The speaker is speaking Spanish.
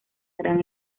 gran